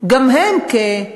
גם כן כדוקו,